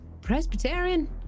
Presbyterian